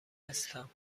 هستم